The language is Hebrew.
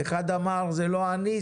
אחד אמר: זה לא אני,